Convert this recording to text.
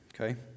okay